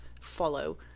follow